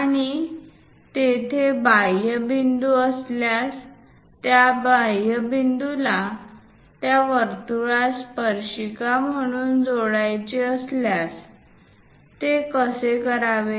आणि तेथे बाह्य बिंदू असल्यास त्या बाह्य बिंदूला त्या वर्तुळास स्पर्शिका म्हणून जोडायचे असल्यास ते कसे करावे